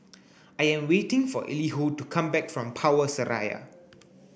I am waiting for Elihu to come back from Power Seraya